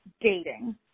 dating